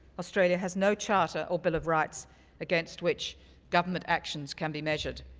australia has no charter or bill of rights against which government actions can be measured.